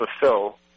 fulfill